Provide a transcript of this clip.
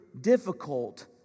difficult